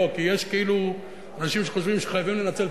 כי יש כאלה אנשים שחושבים שחייבים לנצל את כל העשר.